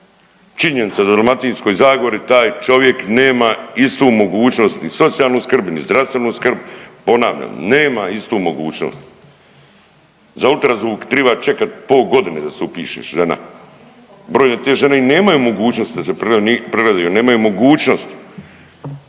Činjenica da u Dalmatinskoj zagori taj čovjek nema istu mogućnost i socijalnu skrb, ni zdravstvenu skrb. Ponavljam nema istu mogućnost. Za ultrazvuk triba čekat pol godine da se upišeš žena. Brojne te žene ni nemaju mogućnost da se pregledaju, nemaju mogućnost.